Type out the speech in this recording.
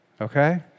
Okay